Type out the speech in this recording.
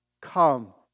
Come